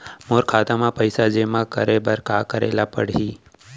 मोर खाता म पइसा जेमा करे बर का करे ल पड़ही?